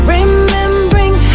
Remembering